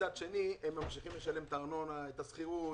ומצד שני הם ממשיכים לשלם את הארנונה, את השכירות.